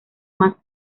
más